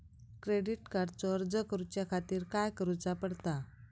Credit कार्डचो अर्ज करुच्या खातीर काय करूचा पडता?